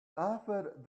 offered